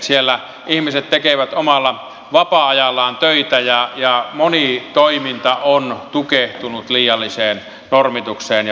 siellä ihmiset tekevät omalla vapaa ajallaan töitä ja moni toiminta on tukehtunut liialliseen normitukseen ja byrokratiaan